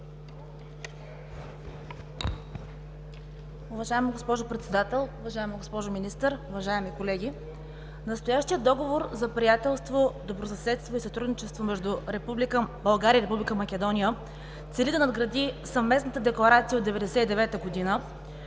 Уважаема госпожо Председател, уважаема госпожо Министър, уважаеми колеги! Настоящият Договор за приятелство, добросъседство и сътрудничество между Република България и Република Македония цели да надгради съвместната Декларация от 1999 г.,